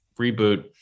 reboot